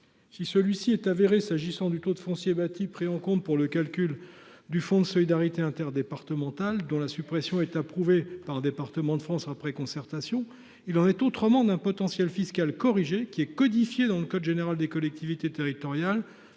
Si ce risque est avéré s’agissant du taux de foncier bâti pris en compte pour le calcul du fonds de solidarité interdépartemental (Fsid), dont la suppression a été approuvée par Départements de France après concertation, il en est autrement d’un potentiel fiscal corrigé, qui est codifié dans le code général des collectivités territoriales